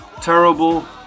Terrible